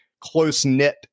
close-knit